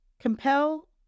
Compel